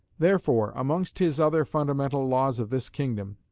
therefore amongst his other fundamental laws of this kingdom,